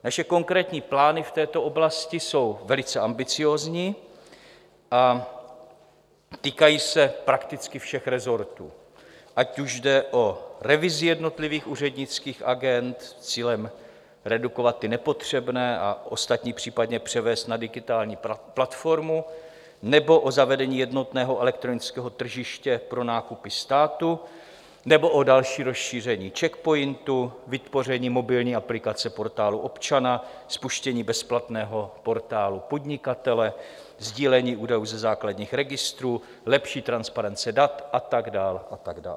Naše konkrétní plány v této oblasti jsou velice ambiciózní a týkají se prakticky všech resortů, ať už jde o revizi jednotlivých úřednických agend s cílem redukovat ty nepotřebné a ostatní případně převést na digitální platformu, nebo o zavedení jednotného elektronického tržiště pro nákupy státu, nebo o další rozšíření Czech POINTu, vytvoření mobilní aplikace Portálu občana, spuštění bezplatného Portálu podnikatele, sdílení údajů ze základních registrů, lepší transparence dat a tak dále a tak dále.